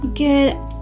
Good